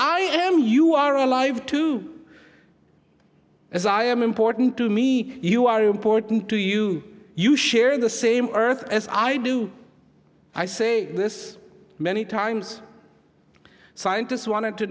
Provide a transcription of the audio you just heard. i am you are alive to as i am important to me you are important to you you share the same earth as i do i say this many times scientists wanted to